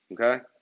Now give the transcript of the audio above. Okay